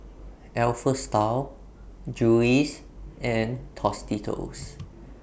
Alpha Style Julie's and Tostitos